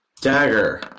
Dagger